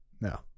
No